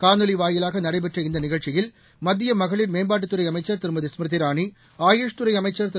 காணொலி வாயிலாக நடைபெற்ற இந்த நிகழ்ச்சியில் மத்திய மகளிர் மேம்பாட்டுத்துறை அமைச்சர் திருமதி ஸ்மிருதி இராளி ஆயுஷ் துறை அமைச்சர் திரு